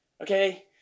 Okay